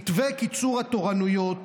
מתווה קיצור התורנויות